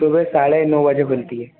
सुबह साढ़े नौ बजे खुलती है